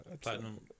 Platinum